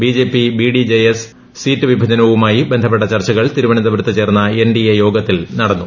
BJP BDJS seat വിഭജനവുമായി ബന്ധപ്പെട്ട ചർച്ചകൾ തിരുവനന്തപുരത്ത് ചേർന്ന എൻഡിഎ യോഗത്തിൽ നടന്നു